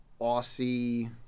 Aussie